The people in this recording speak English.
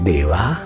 Deva